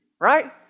right